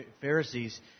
Pharisees